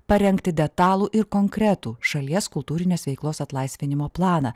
parengti detalų ir konkretų šalies kultūrinės veiklos atlaisvinimo planą